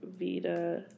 Vita